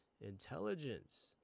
intelligence